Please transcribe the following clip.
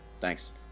Thanks